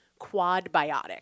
quadbiotic